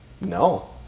No